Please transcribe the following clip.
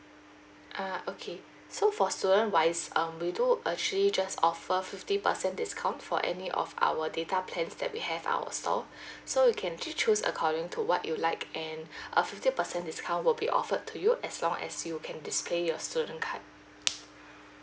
err okay so for student wise um we do actually just offer fifty percent discount for any of our data plans that we have our store so you can just choose according to what you like and a fifty percent discount will be offered to you as long as you can display your student card